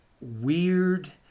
weird